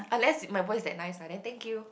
unless my voice is that nice lah then thank you